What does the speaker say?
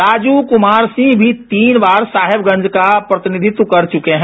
राजू कुमार सिंह भी तीन बार साहेबगंज का प्रतिनिधित्व कर चुके हैं